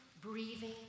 breathing